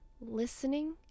listening